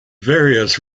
various